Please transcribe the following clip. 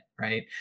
right